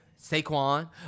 Saquon